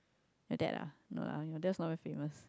your dad ah no lah your dad is not very famous